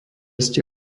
ste